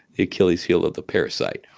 the achilles heel of the parasite,